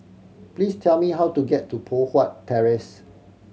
please tell me how to get to Poh Huat Terrace